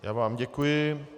Já vám děkuji.